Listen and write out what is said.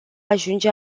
ajunge